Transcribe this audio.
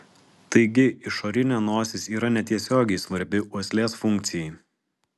taigi išorinė nosis yra netiesiogiai svarbi uoslės funkcijai